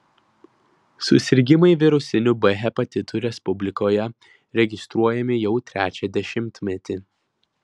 susirgimai virusiniu b hepatitu respublikoje registruojami jau trečią dešimtmetį